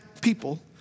people